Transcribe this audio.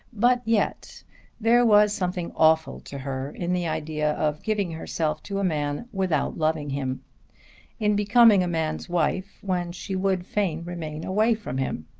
but yet there was something awful to her in the idea of giving herself to a man without loving him in becoming a man's wife when she would fain remain away from him!